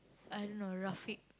I don't know Rafiq